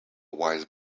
wise